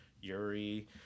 Yuri